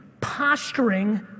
posturing